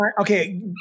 okay